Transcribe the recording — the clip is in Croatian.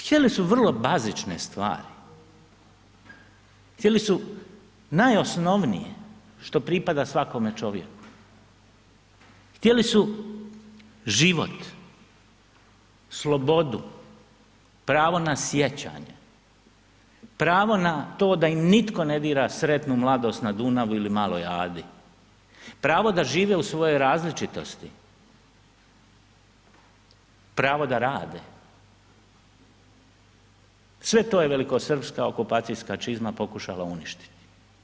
Htjeli su vrlo bazične stvari, htjeli su najosnovnije što pripada svakom čovjeku, htjeli su život, slobodu, pravo na sjećanje, pravo na to da im nitko ne dira sretnu mladost na Dunavu ili maloj Adi, pravo da žive u svojoj različitosti, pravo da rade, sve to je velikosrpska okupacijska čizma pokušala uništiti.